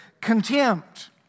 contempt